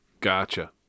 gotcha